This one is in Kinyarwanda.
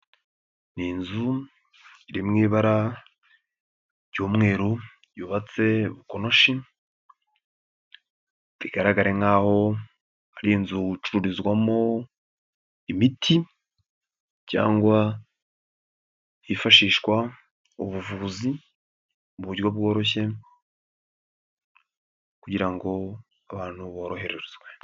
Ni inzu iri mu ibara ry'umweru yubatse bukonoshi bigaragare nk'aho ari inzu icururizwamo imiti cyangwa yifashishwa ubuvuzi mu buryo bworoshye kugira ngo abantu boroherezwe.